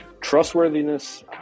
trustworthiness